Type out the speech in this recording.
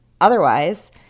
otherwise